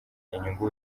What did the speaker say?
inyungu